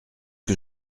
que